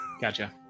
Gotcha